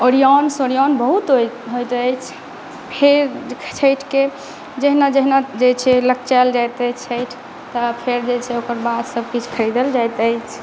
ओरियान सोरीयान बहुत होइत अछि फेर छैठि के जहीना जहीना जे छय लकचीयाल जायत अइ छैठ त फेर जे छय ओकरबाद सबचीज खरीदल जायत अछि